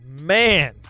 Man